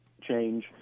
change